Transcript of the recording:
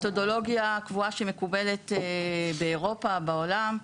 מתודולוגיה קבועה שמקובלת באירופה ובעולם,